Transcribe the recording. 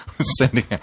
Sending